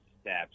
steps